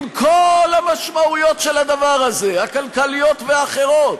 עם כל המשמעויות של הדבר הזה, הכלכליות והאחרות.